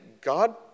God